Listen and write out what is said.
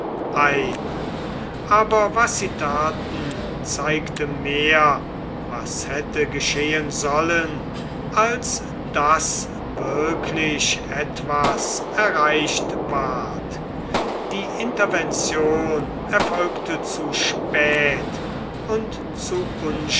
ein aber was sie taten zeigte mehr was hätte geschehen sollen als daß wirklich etwas erreicht ward die intervention erfolgte zu spät und zu